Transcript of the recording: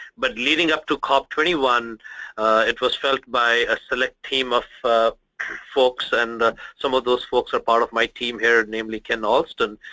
but leading up to cop twenty one it was felt by a select team of folks and some of those folks are part of my team here, namely ken austin,